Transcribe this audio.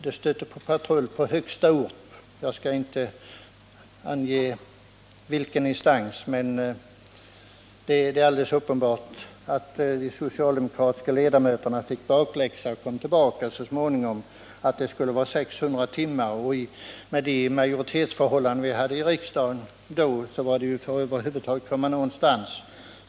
Det stötte på patrull på högsta ort. Jag skall inte ange vilken instans, men det är alldeles uppenbart att de socialdemokratiska ledamöterna fick bakläxa och kom tillbaka och sade att det skulle vara 600 timmar. Med de majoritetsförhållanden vi hade i riksdagen då måste man acceptera detta för att över huvud taget komma någonstans.